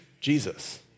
Jesus